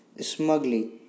smugly